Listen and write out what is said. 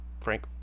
Frank